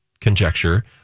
conjecture